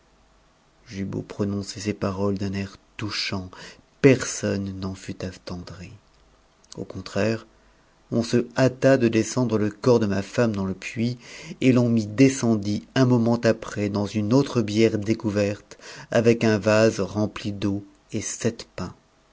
j'eus beau prononcer ces paroles d'un air touchant personne n'en attendri au contraire on se hâta de descendre le corps de ma femme s e puits et l'on m'y descendit un moment après dans une autre couverte avec un vase rempli d'eau et sept pains